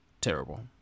terrible